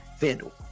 FanDuel